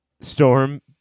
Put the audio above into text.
Storm